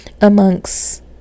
amongst